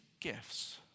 gifts